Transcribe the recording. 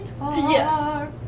Yes